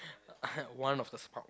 one of the smart